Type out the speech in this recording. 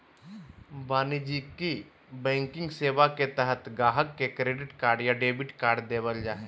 वाणिज्यिक बैंकिंग सेवा के तहत गाहक़ के क्रेडिट या डेबिट कार्ड देबल जा हय